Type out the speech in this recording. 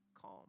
calm